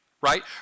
right